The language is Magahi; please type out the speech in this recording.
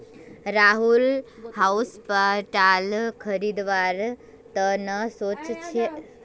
राहुल हाउसप्लांट खरीदवार त न सो च छ